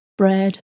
bread